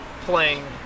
Playing